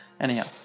Anyhow